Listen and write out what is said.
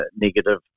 negative